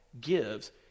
gives